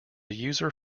user